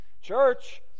Church